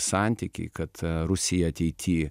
santykiai kad rusija ateity